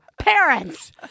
parents